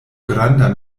granda